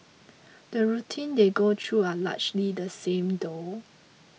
the routine they go through are largely the same though